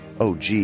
OG